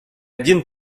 один